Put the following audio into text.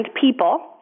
people